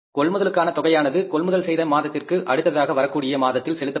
கொள்முதலுக்கான தொகையானது கொள்முதல் செய்த மாதத்திற்கு அடுத்ததாக வரக்கூடிய மாதத்தில் செலுத்தப்படும்